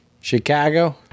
Chicago